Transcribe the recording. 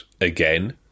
again